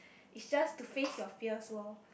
is just to face your fears loh